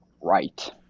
Right